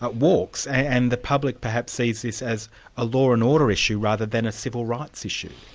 but walks. and the public perhaps sees this as a law and order issue rather than a civil rights issue?